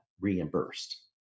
reimbursed